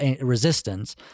resistance